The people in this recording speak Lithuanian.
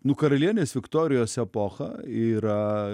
nu karalienės viktorijos epocha yra